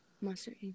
Monster